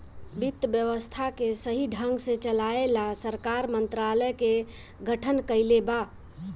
वित्त व्यवस्था के सही ढंग से चलाये ला सरकार मंत्रालय के गठन कइले बा